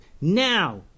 Now